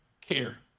care